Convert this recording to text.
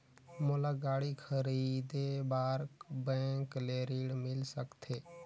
मोला गाड़ी खरीदे बार बैंक ले ऋण मिल सकथे?